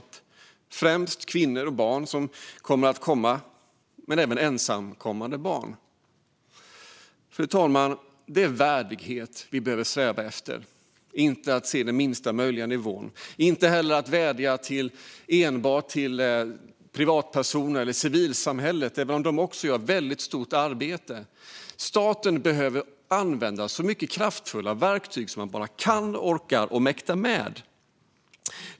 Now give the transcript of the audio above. Det är främst kvinnor som kommer med sina barn men också ensamkommande barn. Vi behöver sträva efter värdighet, inte lägsta möjliga nivå. Vi kan inte heller enbart vädja till civilsamhället, även om det gör ett stort arbete. Staten behöver använda så många kraftfulla verktyg man kan och mäktar med.